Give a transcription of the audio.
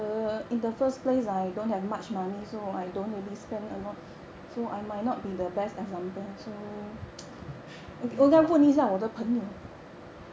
你